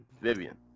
Vivian